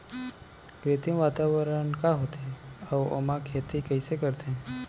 कृत्रिम वातावरण का होथे, अऊ ओमा खेती कइसे करथे?